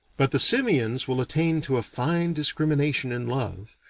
but the simians will attain to a fine descrimination in love,